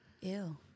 Ew